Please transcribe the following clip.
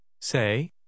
say